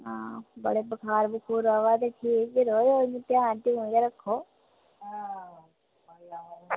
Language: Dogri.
बड़े बुखार आवा दे ठीक ई रवेओ ध्यान गै रक्खेओ